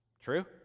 True